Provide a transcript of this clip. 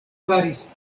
faris